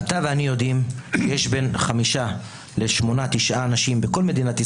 אתה ואני יודעים שיש בין חמישה לשמונה-תשעה אנשים בכל מדינת ישראל,